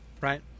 right